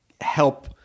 help